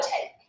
take